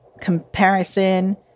Comparison